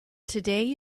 today